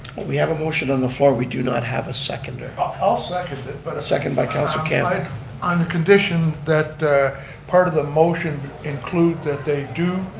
we have a motion on the floor, we do not have a seconder. i'll second it. but second by councilor campbell. but on the condition that part of the motion include that they do